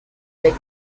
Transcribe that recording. weg